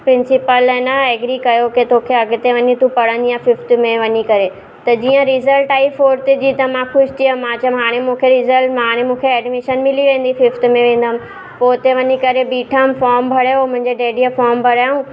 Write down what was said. principal आहे न agree कयो त तोखे अॻिते वञी तूं पढ़ंदीअ फिफ्थ में वञी करे त जीअं रिज़ल्ट आई फोर्थ जी त मां ख़ुशि थी वयमि मां चयमि हाणे मूंखे रिज़ल्ट मां हाणे मूंखे एडमिशन मिली वेंदी फिफ्थ में वेंदमि पोइ हुते वञी करे बीठमि फॉर्म भरियो मुंहिंजे डैडीअ फॉर्म भरियऊं